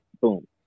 boom